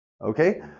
Okay